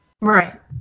Right